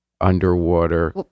underwater